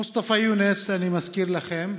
מוסטפא יונס, אני מזכיר לכם,